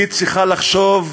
והיא צריכה לחשוב,